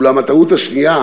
אולם הטעות השנייה